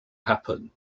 happen